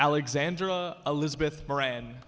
alexandra elizabeth brand